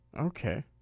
Okay